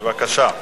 בבקשה.